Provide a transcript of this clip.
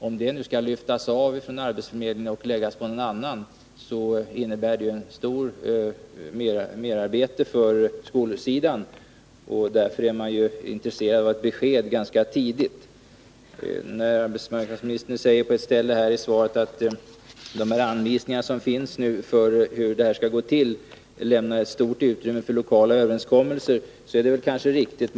Om den delen nu skall lyftas av från arbetsförmedlingen och läggas på någon annan, innebär det mycket merarbete för skolsidan, och därför är man där intresserad av att få ett besked ganska tidigt. När arbetsmarknadsministern på ett ställe i svaret säger att de anvisningar som finns för hur det här skall gå till lämnar ”stort utrymme för lokala överenskommelser” , är det kanske riktigt.